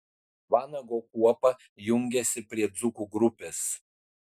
vanago kuopa jungiasi prie dzūkų grupės